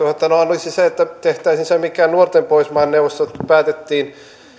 olisi se että tehtäisiin se mikä nuorten pohjoismaiden neuvostossa päätettiin